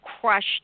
crushed